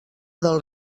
del